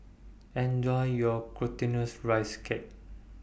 Enjoy your Glutinous Rice Cake